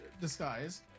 disguise